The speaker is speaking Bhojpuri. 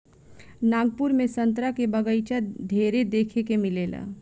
नागपुर में संतरा के बगाइचा ढेरे देखे के मिलेला